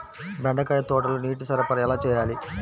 బెండకాయ తోటలో నీటి సరఫరా ఎలా చేయాలి?